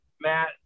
Matt